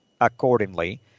accordingly